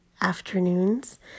afternoons